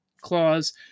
clause